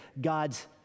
God's